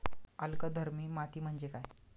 अल्कधर्मी माती म्हणजे काय?